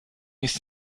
ist